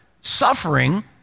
suffering